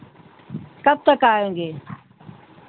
कब तक आएंगे